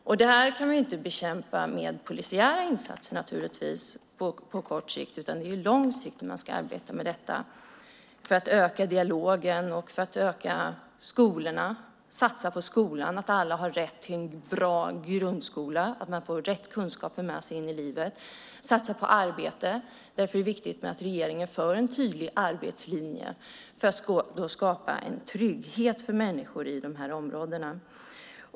Det här kan vi naturligtvis inte bekämpa med polisiära insatser på kort sikt, utan det är långsiktigt man ska arbeta med detta, öka dialogen och satsa på skolan. Alla ska ha rätt till en bra grundskola så att man får rätt kunskaper med sig i livet. Det är viktigt att satsa på arbete. Därför är det bra att regeringen har en tydlig arbetslinje för att skapa en trygghet för människor i de här områdena.